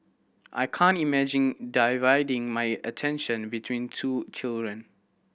I can't imagine dividing my attention between two children